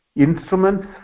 instruments